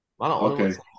Okay